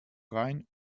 rein